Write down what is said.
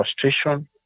frustration